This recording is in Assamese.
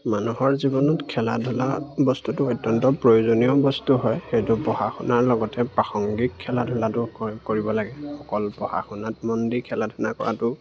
মানুহৰ জীৱনত খেলা ধূলা বস্তুটো অত্যন্ত প্ৰয়োজনীয় বস্তু হয় সেইটো পঢ়া শুনাৰ লগতে প্ৰাসংগিক খেলা ধূলাটো কৰিব লাগে অকল পঢ়া শুনাত মন দি খেলা ধূলা কৰাটো